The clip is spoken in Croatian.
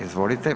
Izvolite.